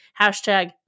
hashtag